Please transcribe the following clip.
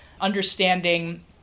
understanding